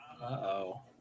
Uh-oh